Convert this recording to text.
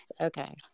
Okay